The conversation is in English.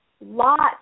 lots